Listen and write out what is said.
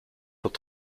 dort